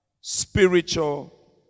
spiritual